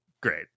great